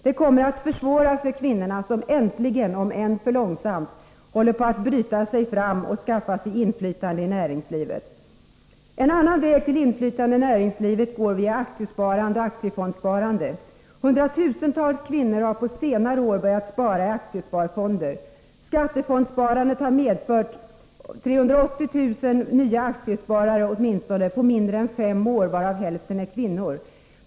Det kommer att försvåra för kvinnorna, som äntligen — om än för långsamt — håller på att bryta sig fram och skaffa sig inflytande i näringslivet. En annan väg till inflytande i näringslivet går via aktiesparande och aktiefondssparande. Hundratusentals kvinnor har på senare år börjat spara i aktiesparfonder. Skattefondssparandet har medfört åtminstone 380 000 nya aktiesparare på mindre än fem år, varav hälften är kvinnor.